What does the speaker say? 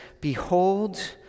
behold